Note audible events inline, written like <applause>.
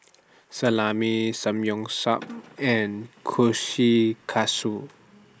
Salami Samgyeopsal <noise> and Kushikatsu